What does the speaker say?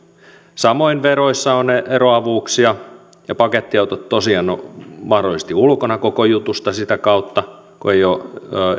samoin veroissa on eroavuuksia ja pakettiautot tosiaan ovat mahdollisesti ulkona koko jutusta sitä kautta kun